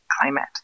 climate